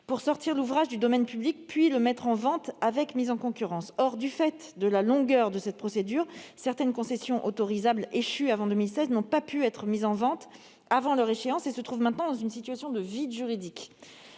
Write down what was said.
pour sortir l'ouvrage du domaine public, puis le mettre en vente avec mise en concurrence. Or, du fait de la longueur de cette procédure, certaines concessions autorisables échues avant 2016 n'ont pas pu être mises en vente avant leur échéance, et se trouvent maintenant dans une situation de vide juridique.